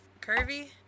Curvy